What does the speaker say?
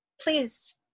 please